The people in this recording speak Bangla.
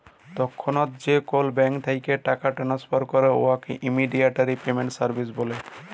তৎক্ষণাৎ যে কল ব্যাংক থ্যাইকে টাকা টেনেসফার ক্যরে উয়াকে ইমেডিয়াতে পেমেল্ট সার্ভিস ব্যলে